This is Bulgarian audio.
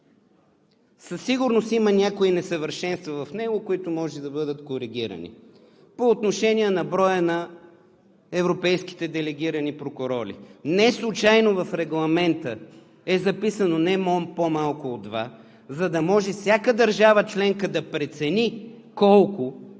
Със сигурност има някои несъвършенства в него, които може да бъдат коригирани. По отношение на броя на европейските делегирани прокурори. Неслучайно в Регламента е записано „не по-малко от два“, за да може всяка държава членка да прецени колко